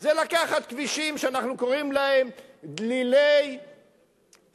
זה לקחת כבישים שאנחנו קוראים להם דלילי נסיעה,